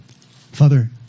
Father